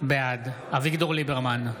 בעד אביגדור ליברמן,